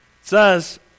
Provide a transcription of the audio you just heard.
says